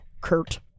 Kurt